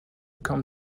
come